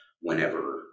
whenever